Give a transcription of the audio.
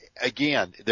again